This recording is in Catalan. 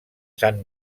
sant